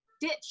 ditch